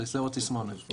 זוהי התסמונת.